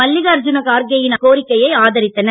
மல்லிகா அர்ஜீன கார்கேயின் கோரிக்கையை ஆதரித்தனர்